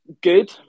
good